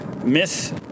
miss